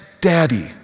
Daddy